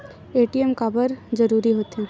ATM काबर जरूरी हो थे?